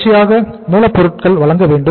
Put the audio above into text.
தொடர்ச்சியாக மூலப் பொருள்கள் வழங்க வேண்டும்